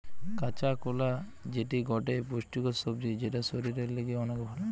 কাঁচা কোলা যেটি গটে পুষ্টিকর সবজি যেটা শরীরের লিগে অনেক ভাল